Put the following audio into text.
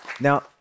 Now